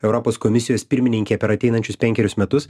europos komisijos pirmininkė per ateinančius penkerius metus